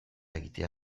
egitea